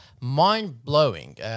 mind-blowing